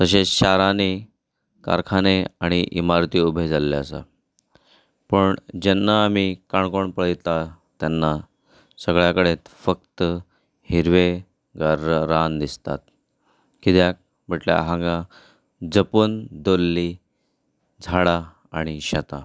तशेंच शारांनी कारखाने आनी इमारती उबे जाल्ले आसात पूण जेन्ना आमी काणकोण पळयता तेन्ना सगळ्या कडेन फकत हिरवें रान दिसता कित्याक म्हणल्यार हांगा जपोवन दवरिल्लीं झाडां आनी शेतां